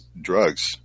drugs